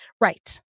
Right